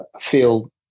feel